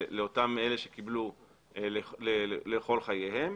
לאותם אלה שקיבלו לכל חייהם.